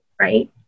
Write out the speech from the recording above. right